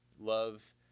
Love